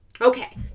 Okay